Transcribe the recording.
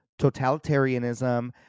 totalitarianism